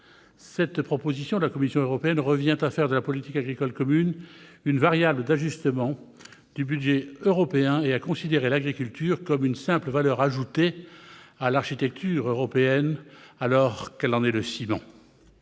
cette proposition de la Commission européenne revient à faire de la politique agricole commune une variable d'ajustement du budget européen et à considérer l'agriculture comme une simple valeur ajoutée à l'architecture européenne, alors qu'elle en est le ciment.